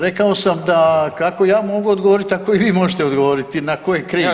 Rekao sam da kako ja mogu odgovoriti tako i vi možete odgovoriti na tko je kriv.